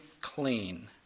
clean